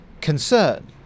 concern